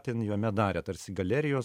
ten jame darė tarsi galerijos